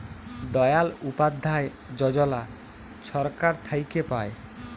দয়াল উপাধ্যায় যজলা ছরকার থ্যাইকে পায়